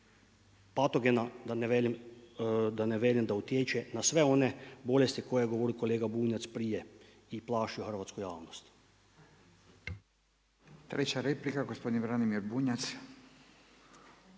patogena, da ne velim da utječe na sve one bolesti koje je govoril kolega Bunjac prije i plašio hrvatsku javnost. **Radin, Furio (Nezavisni)** Treća replika gospodin Branimir Bunjac.